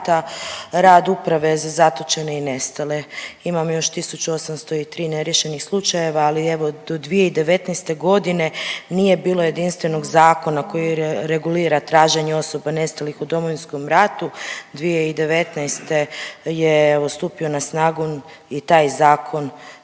rad Uprave za zatočene i nestale. Imam još 1803. neriješenih slučajeva, ali evo do 2019. godine nije bilo jedinstvenog zakona koji regulira traženje osoba nestalih u Domovinskom ratu. 2019. je evo stupio na snagu i taj zakon,